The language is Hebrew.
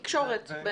תקשורת.